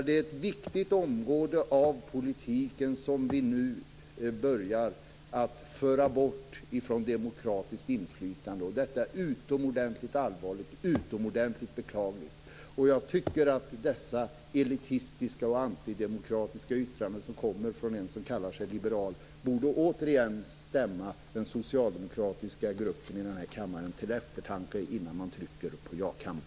Det är ett viktigt område av politiken som vi nu börjar att föra bort från demokratiskt inflytande. Det är utomordentligt allvarligt och beklagligt. Jag tycker att dessa elitistiska och antidemokratiska yttranden som kommer från en som kallar sig liberal borde återigen stämma den socialdemokratiska gruppen i kammaren till eftertanke innan man trycker på jaknappen.